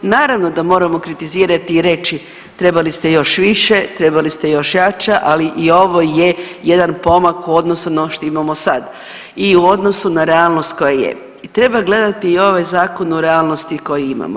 Naravno da moramo kritizirati i reći trebali ste još više, trebali ste još jače, ali i ovo je jedan pomak u odnosu na ono što imamo sad i u odnosu na realnost koja je i treba gledati i ovaj zakon u realnosti koji imamo.